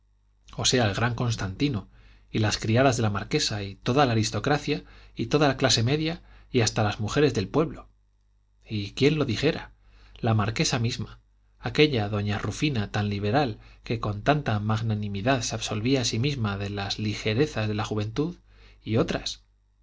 o sea el gran constantino y las criadas de la marquesa y toda la aristocracia y toda la clase media y hasta las mujeres del pueblo y quién lo dijera la marquesa misma aquella doña rufina tan liberal que con tanta magnanimidad se absolvía a sí misma de las ligerezas de la juventud y otras